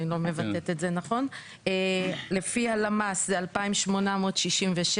לפי הלמ"ס זה 2,867,